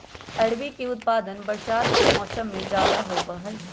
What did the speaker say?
अरबी के उत्पादन बरसात के मौसम में ज्यादा होबा हई